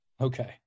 Okay